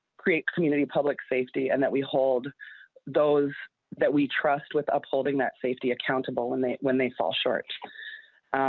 create community public safety and that we hold those that we trust with upholding that safety accountable and that when they fall short.